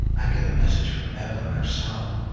i get a message from evelyn herself.